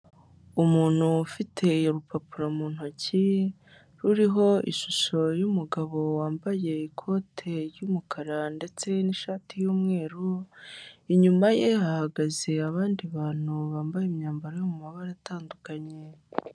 Umuntu ufite urupapuro mu ntoki ruriho ishusho y'umugabo wambaye ikote ry'umukara ndetse n'ishati y'umweru, inyuma ye hagaze abandi bantu bambaye imyambaro yo mu mabara atandukanye.